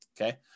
Okay